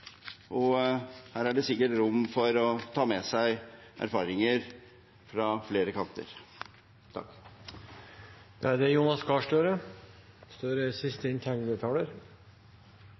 og her er det sikkert rom for å ta med seg erfaringer fra flere kanter.